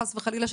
חס וחלילה,